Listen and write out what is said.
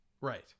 Right